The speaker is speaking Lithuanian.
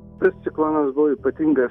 tas ciklonas buvo ypatingas